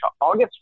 August